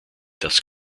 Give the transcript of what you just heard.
das